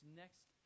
next